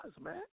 man